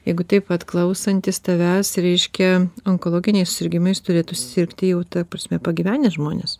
jeigu taip vat klausantis tavęs reiškia onkologiniais susirgimais turėtų sirgti jau ta prasme pagyvenę žmonės